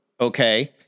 okay